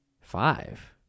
Five